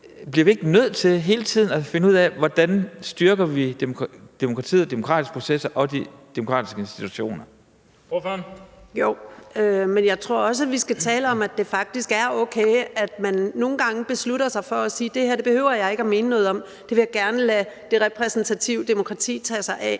bliver vi ikke nødt til hele tiden at finde ud af, hvordan vi styrker demokratiet, de demokratiske processer og de demokratiske institutioner? Kl. 12:19 Den fg. formand (Bent Bøgsted): Ordføreren. Kl. 12:19 Kirsten Normann Andersen (SF): Men jeg tror også, at vi skal tale om, at det faktisk er okay, at man nogle gange beslutter sig for at sige: Det her behøver jeg ikke at mene noget om, det vil jeg gerne lade det repræsentative demokrati tage sig af.